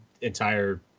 entire